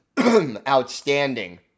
outstanding